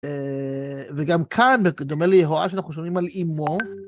וגם כאן, בדומה ליהואה, שאנחנו שומעים על אמו.